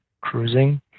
cruising